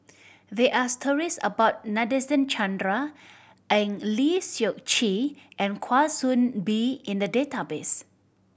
there are stories about Nadasen Chandra Eng Lee Seok Chee and Kwa Soon Bee in the database